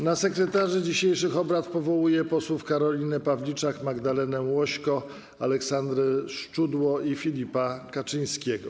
Na sekretarzy dzisiejszych obrad powołuję posłów Karolinę Pawliczak, Magdalenę Łośko, Aleksandrę Szczudło i Filipa Kaczyńskiego.